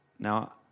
Now